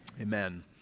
amen